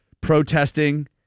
protesting